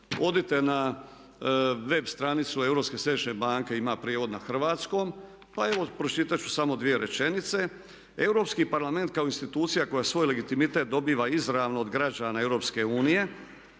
središnje banke, ima prijevod na hrvatskom. Pa evo pročitati ću samo dvije rečenice. Europski parlament kao institucija koja svoj legitimitet dobiva izravno od građana